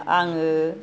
आङो